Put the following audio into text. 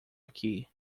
aqui